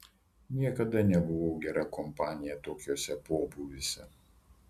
niekada nebuvau gera kompanija tokiuose pobūviuose